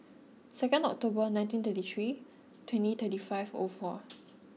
second October nineteen thirty three twenty thirty five o four